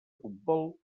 futbol